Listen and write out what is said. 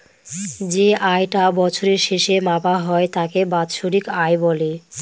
যে আয় টা বছরের শেষে মাপা হয় তাকে বাৎসরিক আয় বলে